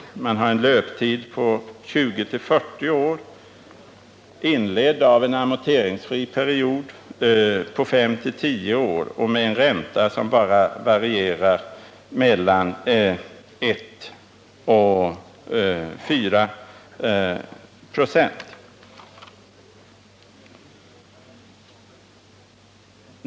Lånen ur fonden har en löptid på 20-40 år, inledd av en amorteringsfri period på 5-10 år, och en ränta som varierar mellan 1 och 4 96.